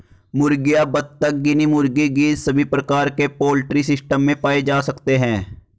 मुर्गियां, बत्तख, गिनी मुर्गी, गीज़ सभी प्रकार के पोल्ट्री सिस्टम में पाए जा सकते है